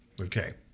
Okay